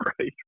Right